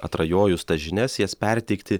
atrajojus tas žinias jas perteikti